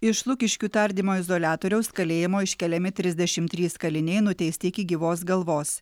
iš lukiškių tardymo izoliatoriaus kalėjimo iškeliami trisdešim trys kaliniai nuteisti iki gyvos galvos